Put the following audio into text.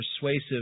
persuasive